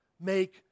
Make